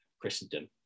Christendom